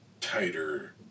tighter